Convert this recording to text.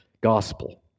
gospel